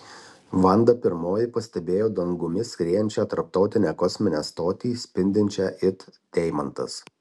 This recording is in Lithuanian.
vanda pirmoji pastebėjo dangumi skriejančią tarptautinę kosminę stotį spindinčią it deimantas